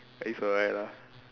it's alright lah